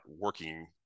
working